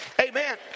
amen